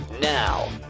Now